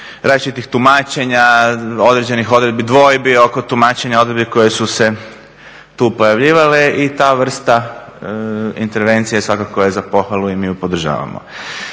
Različitih tumačenja određenih odredbi, dvojbi oko tumačenja odredbi koje su se tu pojavljivale i ta vrsta intervencije svakako je za pohvalu i mi ju podržavamo.